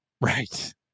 right